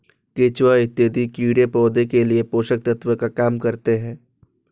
केचुआ इत्यादि कीड़े पौधे के लिए पोषक तत्व का काम करते हैं